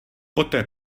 poté